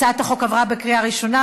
הצעת החוק עברה בקריאה ראשונה,